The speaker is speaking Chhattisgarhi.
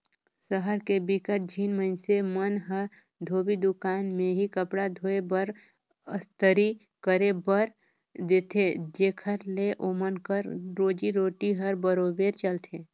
सहर के बिकट झिन मइनसे मन ह धोबी दुकान में ही कपड़ा धोए बर, अस्तरी करे बर देथे जेखर ले ओमन कर रोजी रोटी हर बरोबेर चलथे